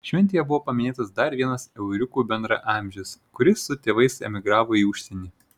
šventėje buvo paminėtas dar vienas euriukų bendraamžis kuris su tėvais emigravo į užsienį